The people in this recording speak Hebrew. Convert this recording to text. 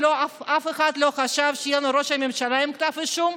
אף אחד לא חשב שיהיה לנו ראש ממשלה עם כתב אישום,